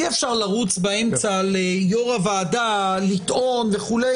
אי-אפשר לרוץ באמצע ליושב-ראש ועדת הבחירות לטעון וכו'.